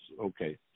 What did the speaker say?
okay